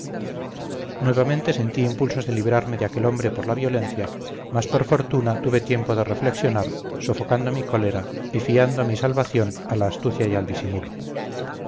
nuevamente sentí impulsos de librarme de aquel hombre por la violencia mas por fortuna tuve tiempo de reflexionar sofocando mi cólera y fiando mi salvación a la astucia y al disimulo